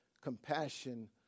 compassion